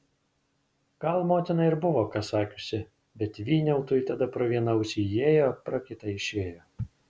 gal motina ir buvo ką sakiusi bet vyniautui tada pro vieną ausį įėjo pro kitą išėjo